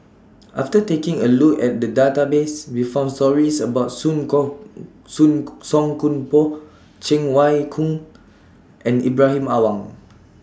after taking A Look At The Database We found stories about Song Koon Soon Song Koon Poh Cheng Wai Keung and Ibrahim Awang